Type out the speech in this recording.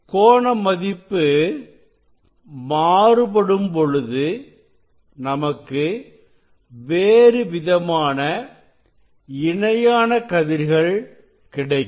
கோண மதிப்பு மாறுபடும் பொழுது நமக்கு வேறுவிதமாக இணையான கதிர்கள் கிடைக்கும்